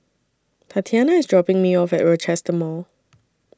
Tatianna IS dropping Me off At Rochester Mall